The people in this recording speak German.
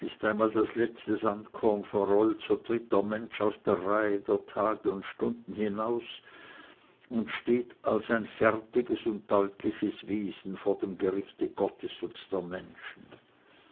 ist einmal das letzte sandkorn verrollt so tritt der mensch aus der reihe der tage und stunden hinaus und steht als ein fertiges und deutliches wesen vor dem gerichte gottes und der menschen